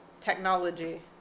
Technology